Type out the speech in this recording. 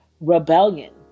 rebellion